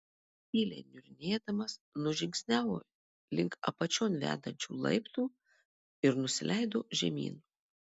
tyliai niurnėdamas nužingsniavo link apačion vedančių laiptų ir nusileido žemyn